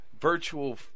virtual